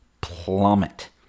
plummet